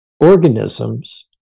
organisms